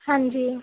ਹਾਂਜੀ